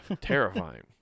terrifying